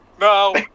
No